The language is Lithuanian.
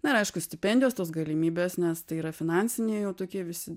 na ir aišku stipendijos tos galimybės nes tai yra finansiniai jau tokie visi